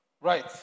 Right